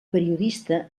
periodista